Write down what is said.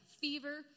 Fever